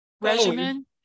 regimen